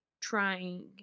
trying